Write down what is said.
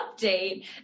update